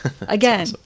again